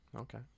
Okay